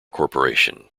corporation